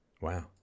Wow